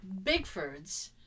Bigfords